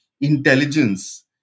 intelligence